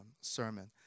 sermon